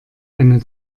eine